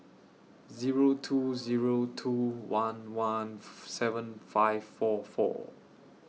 Zero two Zero two one one seven five four four